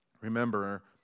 Remember